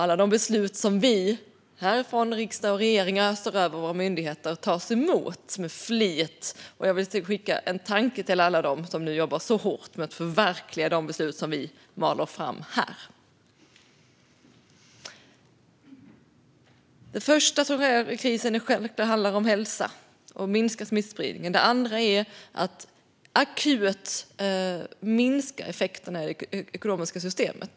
Alla de beslut som vi här i riksdagen och i regeringen öser över våra myndigheter tas emot med stor flit. Jag vill skicka en tanke till dem som nu jobbar hårt med att förverkliga de beslut som vi maler fram här. Det första som sker i krisen handlar om hälsa och att minska smittspridning. Det andra är att akut minska effekterna på det ekonomiska systemet.